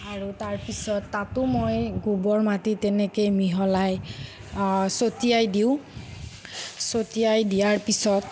আৰু তাৰ পিছত তাতো মই গোবৰ মাটি তেনেকৈ মিহলাই চতিয়াই দিওঁ চতিয়াই দিয়াৰ পিছত